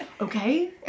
Okay